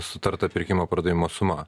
sutarta pirkimo pardavimo suma